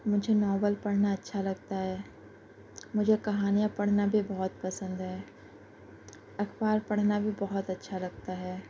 مجھے ناول پڑھنا اچھا لگتا ہے مجھے کہانیاں پڑھنا بھی بہت پسند ہے اخبار پڑھنا بھی بہت اچھا لگتا ہے